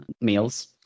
meals